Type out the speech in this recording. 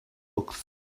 books